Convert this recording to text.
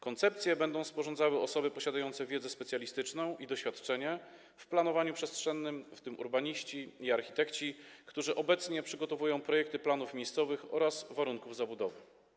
Koncepcję będą sporządzały osoby posiadające wiedzę specjalistyczną i doświadczenie w planowaniu przestrzennym, w tym urbaniści i architekci, którzy obecnie przygotowują projekty planów miejscowych oraz warunków zabudowy.